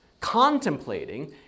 contemplating